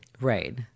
Right